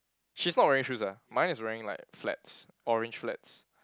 she's not wearing shoes ah mine is wearing like flats orange flats